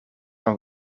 van